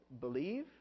believe